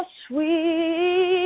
sweet